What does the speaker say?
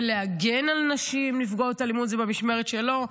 ולהגן על נשים נפגעות אלימות זה במשמרת שלו,